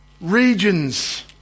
regions